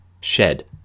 shed